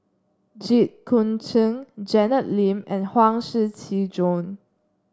Jit Koon Ch'ng Janet Lim and Huang Shiqi Joan